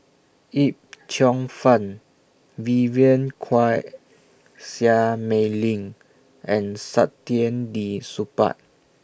Yip Cheong Fun Vivien Quahe Seah Mei Lin and Saktiandi Supaat